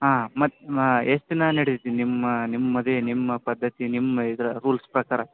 ಹಾಂ ಮತ್ತೆ ಮಾ ಎಷ್ಟು ದಿನ ನಡೆಯುತ್ತೆ ನಿಮ್ಮ ನಿಮ್ಮ ಮದುವೆ ನಿಮ್ಮ ಪದ್ದತಿ ನಿಮ್ಮ ಇದು ರೂಲ್ಸ್ ಪ್ರಕಾರ